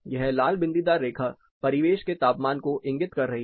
यह लाल बिंदीदार रेखा परिवेश के तापमान को इंगित कर रही है